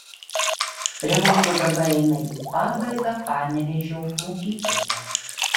remonto darbai eina į pabaigą panevėžio mokyklose